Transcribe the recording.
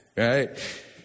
Right